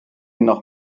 noch